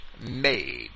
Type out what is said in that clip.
made